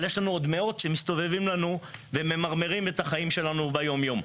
אבל יש לנו עוד מאות שמסתובבים לנו וממררים את החיים שלנו ביום יום.